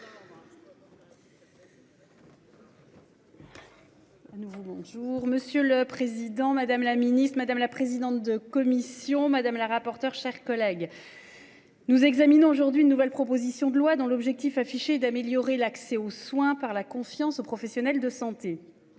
monsieur le Président la Ministre madame la présidente de commission madame la rapporteure, chers collègues. Nous examinons aujourd'hui une nouvelle proposition de loi dont l'objectif affiché est d'améliorer l'accès aux soins par la confiance aux professionnels de santé.